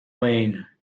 wayne